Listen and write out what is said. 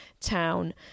town